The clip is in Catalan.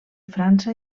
frança